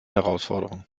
herausforderung